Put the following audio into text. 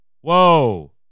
Whoa